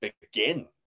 begin